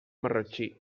marratxí